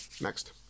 next